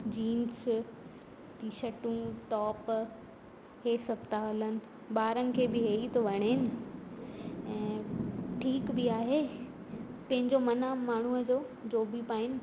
jeans टीशटूं टोप इहे सभु था हलनि ॿारनि खे बि इहे ई थो वणनि ऐं ठीक बि आहे पंहिंजो मनु आहे माण्हुअ जो जो बि पाइनि